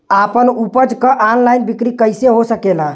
आपन उपज क ऑनलाइन बिक्री कइसे हो सकेला?